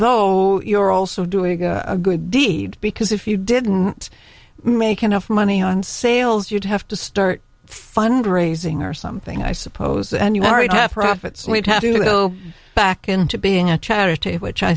though you're also doing a good deed because if you didn't make enough money on sales you'd have to start fundraising or something i suppose and you already have profits we'd have to go back into being a charity which i